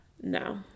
No